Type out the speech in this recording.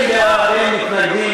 לדיון מוקדם בוועדת הכלכלה נתקבלה.